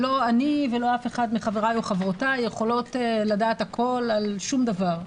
לא אני ולא אף אחד מחבריי או חברותיי יכולות לדעת הכול על שום דבר.